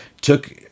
took